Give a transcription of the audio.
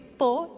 four